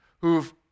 who've